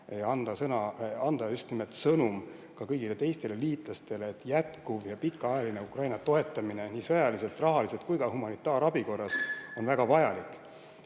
See on sõnum kõigile teistele liitlastele, et jätkuv ja pikaajaline Ukraina toetamine nii sõjaliselt, rahaliselt kui ka humanitaarabi korras on väga vajalik. Nii